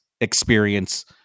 experience